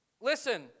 Listen